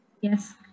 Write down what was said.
Yes